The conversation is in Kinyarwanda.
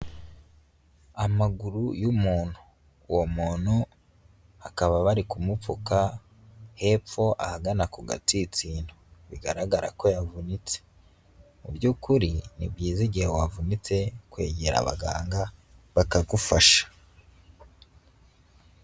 Amaguru y'umuntu uwo muntu bakaba bari kumupfuka hepfo ahagana ku gatsinsino, bigaragara ko yavunitse, mu by'ukuri ni byiza igihe wavunitse kwegera abaganga bakagufasha.